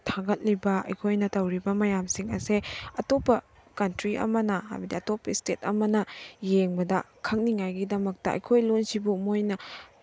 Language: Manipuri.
ꯊꯥꯒꯠꯂꯤꯕ ꯑꯩꯈꯣꯏꯅ ꯇꯧꯔꯤꯕ ꯃꯌꯥꯝꯁꯤꯡ ꯑꯁꯦ ꯑꯇꯣꯞꯄ ꯀꯟꯇ꯭ꯔꯤ ꯑꯃꯅ ꯍꯥꯏꯕꯗꯤ ꯑꯇꯣꯞꯄ ꯏꯁꯇꯦꯠ ꯑꯃꯅ ꯌꯦꯡꯕꯗ ꯈꯪꯅꯤꯡꯉꯥꯏꯒꯤꯗꯃꯛꯇ ꯑꯩꯈꯣꯏꯒꯤ ꯂꯣꯟꯁꯤꯕꯨ ꯃꯣꯏꯅ